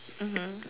mmhmm